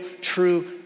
true